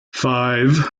five